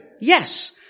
Yes